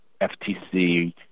FTC